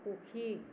সুখী